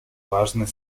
важной